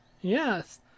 Yes